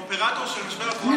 האופרטור של משבר הקורונה זה